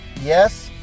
yes